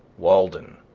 walden